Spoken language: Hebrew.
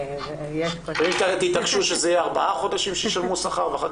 אם תתעקשו שישלמו שכר ארבעה חודשים ואחר